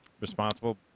responsible